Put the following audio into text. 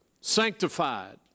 sanctified